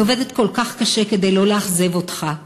אני עובדת כל כך קשה כדי לא לאכזב אותך.